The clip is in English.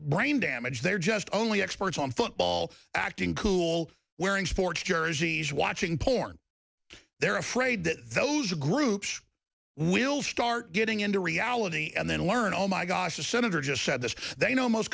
brain damage they're just only experts on football acting cool wearing sports jerseys watching porn they're afraid that those groups will start getting into reality and then learn oh my gosh the senator just said that they know most